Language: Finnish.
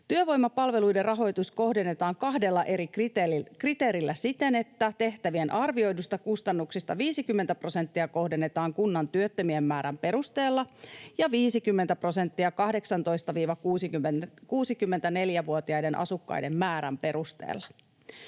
Työvoimapalveluiden rahoitus kohdennetaan kahdella eri kriteerillä siten, että tehtävien arvioiduista kustannuksista 50 prosenttia kohdennetaan kunnan työttömien määrän perusteella ja 50 prosenttia 18—64-vuotiaiden asukkaiden määrän perusteella.